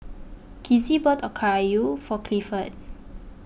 Kizzy bought Okayu for Clifford